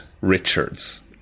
Richards